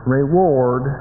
reward